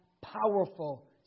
powerful